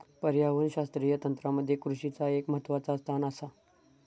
पर्यावरणशास्त्रीय तंत्रामध्ये कृषीचा एक महत्वाचा स्थान आसा